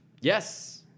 Yes